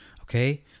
Okay